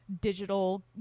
digital